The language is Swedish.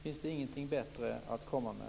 Finns det ingenting bättre att komma med?